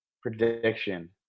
Prediction